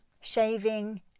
shaving